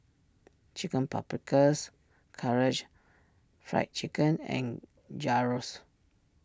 Chicken Paprikas Karaage Fried Chicken and Gyros